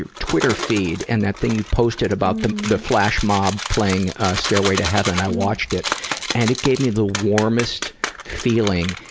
twitter feed, and that thing you posted about the the flash mob playing stairway to heaven. i watched it and it gave me the warmest feeling,